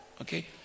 okay